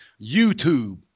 YouTube